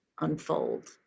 unfold